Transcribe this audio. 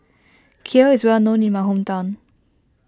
Kheer is well known in my hometown